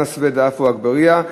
חנא סוייד ועפו אגבאריה,